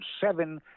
seven